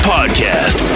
Podcast